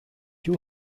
you